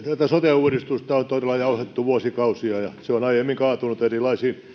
tätä sote uudistusta on todella jauhettu vuosikausia ja se on aiemmin kaatunut erilaisiin